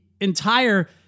entire